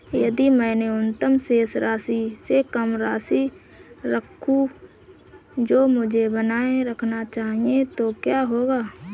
यदि मैं न्यूनतम शेष राशि से कम राशि रखूं जो मुझे बनाए रखना चाहिए तो क्या होगा?